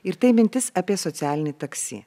ir tai mintis apie socialinį taksi